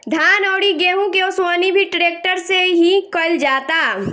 धान अउरी गेंहू के ओसवनी भी ट्रेक्टर से ही कईल जाता